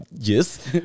Yes